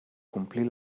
complir